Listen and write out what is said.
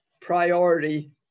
priority